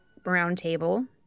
roundtable